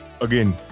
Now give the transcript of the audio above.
again